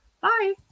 Bye